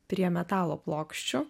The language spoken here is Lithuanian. prie metalo plokščių